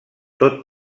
tot